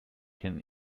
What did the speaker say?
can